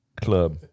club